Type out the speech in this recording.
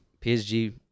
PSG